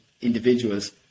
individuals